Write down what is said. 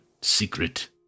Secret